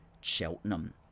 Cheltenham